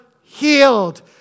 healed